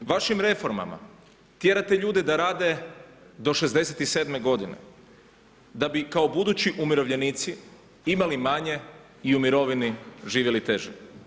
Vašim reformama tjerate ljude da rade do 67 godine da bi kao budući umirovljenici imali manje i u mirovini živjeli teže.